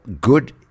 good